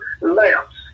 lamps